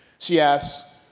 she asks,